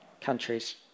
countries